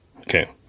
Okay